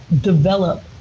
develop